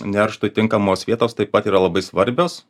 nerštui tinkamos vietos taip pat yra labai svarbios